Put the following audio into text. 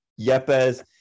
Yepes